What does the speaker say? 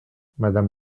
madame